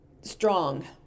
strong